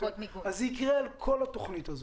אז זה יקרה על כל התוכנית הזו,